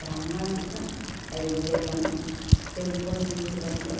సామాజిక ఐక్యతను పెంపొందించడంలో